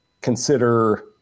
Consider